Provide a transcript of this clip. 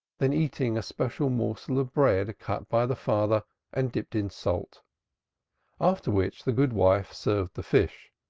then eating a special morsel of bread cut by the father and dipped in salt after which the good wife served the fish,